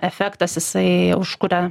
efektas jisai užkuria